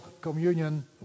communion